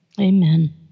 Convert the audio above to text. Amen